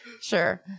sure